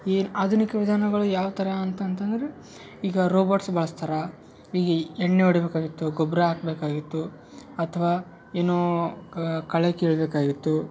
ಈ ಆಧುನಿಕ ವಿಧಾನಗಳು ಯಾವ್ಥರ ಅಂತ ಅಂತಂದರೆ ಈಗ ರೋಬಟ್ಸ್ ಬಳಸ್ತಾರ ಈ ಎಣ್ಣೆ ಓಡಿಬೇಕಾಗಿತ್ತು ಗೊಬ್ಬರ ಹಾಕ್ಬೇಕಾಗಿತ್ತು ಅಥ್ವಾ ಏನು ಕಳೆ ಕೀಳಬೇಕಾಗಿತ್ತು